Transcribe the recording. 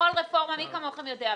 מי כמוכם יודע,